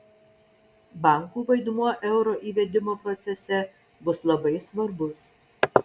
bankų vaidmuo euro įvedimo procese bus labai svarbus